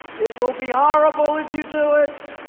it will be horrible if you do it.